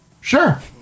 Sure